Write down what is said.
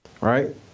right